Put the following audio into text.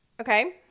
okay